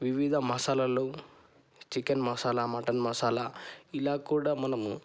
వివిధ మసాలాలు chicken masala mutton masala ఇలా కూడా మనము